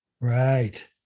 right